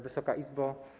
Wysoka Izbo!